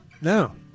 No